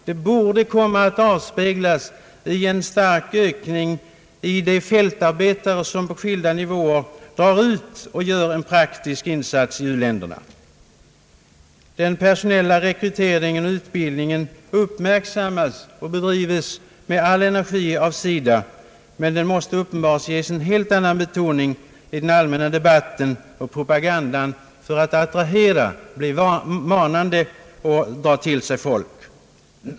Det borde komma att avspeglas i en stark ökning av de fältarbetare som på skilda nivåer drar ut och gör en praktisk insats i u-länderna. Den personella rekryteringen och utbildningen uppmärksammas och bedrives med all energi av SIDA. Men den måste uppenbarligen ges en helt annan betoning i den allmänna debatten och propagandan för att attrahera, bli manande och dra till sig folk.